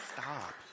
Stop